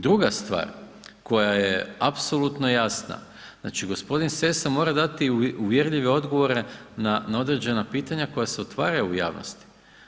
Druga stvar koja je apsolutno jasna, znači g. Sessa mora dati uvjerljive odgovore na određena pitanja koja se otvaraju u javnosti.